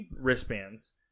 wristbands